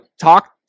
talk